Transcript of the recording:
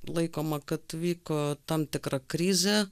laikoma kad vyko tam tikra krizė